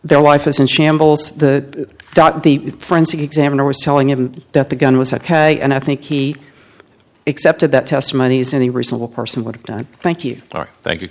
their life is in shambles the dot the forensic examiner was telling him that the gun was ok and i think he accepted that testimony's any reasonable person would have done thank you thank you